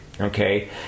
okay